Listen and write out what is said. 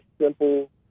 simple